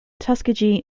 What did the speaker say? tuskegee